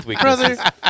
Brother